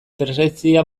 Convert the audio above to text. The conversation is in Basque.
presentzia